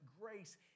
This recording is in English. grace